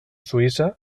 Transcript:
suïssa